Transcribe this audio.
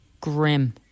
grim